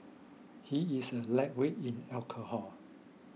he is a lightweight in alcohol